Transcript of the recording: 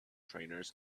trainers